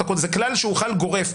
זה כלל שהוא חל גורף.